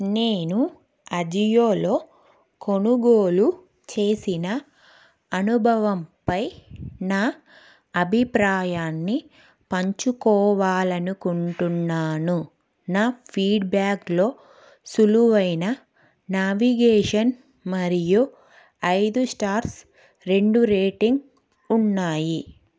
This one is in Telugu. నేను అజియోలో కొనుగోలు చేసిన అనుభవంపై నా అభిప్రాయాన్ని పంచుకోవాలనుకుంటున్నాను నా ఫీడ్బ్యాక్లో సులువైన నావిగేషన్ మరియు ఐదు స్టార్స్ రెండు రేటింగ్ ఉన్నాయి